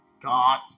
God